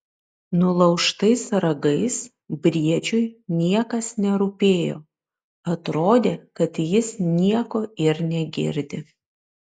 nulaužtais ragais briedžiui niekas nerūpėjo atrodė kad jis nieko ir negirdi